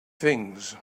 things